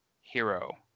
hero